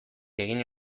egin